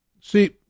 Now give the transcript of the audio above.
See